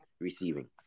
receiving